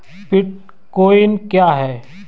Bitcoin क्या है?